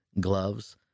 gloves